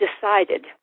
decided